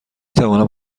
توانم